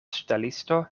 ŝtelisto